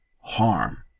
harm